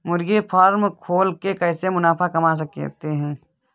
मुर्गी फार्म खोल के कैसे मुनाफा कमा सकते हैं?